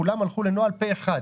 כולם הלכו לנוהל פה אחד.